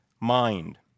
mind